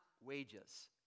wages